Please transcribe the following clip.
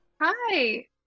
Hi